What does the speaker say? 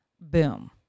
Boom